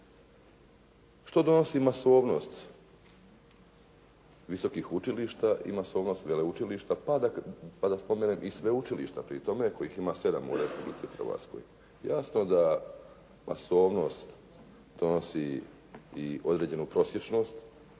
Što donosi masovnost visokih učilišta i masovnost veleučilišta pa da spomenem sveučilišta pri tome kojih ima 7 u Republici Hrvatskoj. Jasno da masovnost donosi i određenu prosječnost